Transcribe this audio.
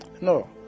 No